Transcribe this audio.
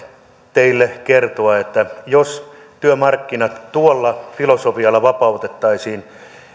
teille kertoa että jos työmarkkinat tuolla filosofialla vapautettaisiin